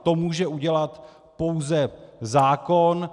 To může udělat pouze zákon.